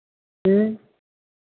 ह्म्म